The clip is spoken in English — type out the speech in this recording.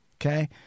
Okay